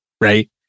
right